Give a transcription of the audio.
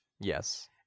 Yes